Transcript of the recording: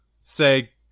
say